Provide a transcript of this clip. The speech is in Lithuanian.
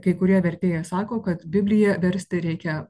kai kurie vertėjai sako kad bibliją versti reikia